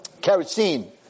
Kerosene